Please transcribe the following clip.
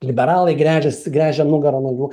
liberalai gręžiasi gręžia nugarą nuo jų